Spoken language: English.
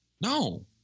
No